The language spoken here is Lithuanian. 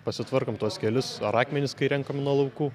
pasitvarkom tuos kelius ar akmenis kai renkam nuo laukų